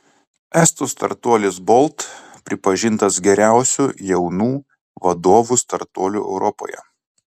estų startuolis bolt pripažintas geriausiu jaunų vadovų startuoliu europoje